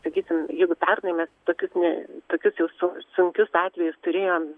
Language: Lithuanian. sakysim jeigu pernai mes tokius ne tokius jau su sunkius atvejus turėjom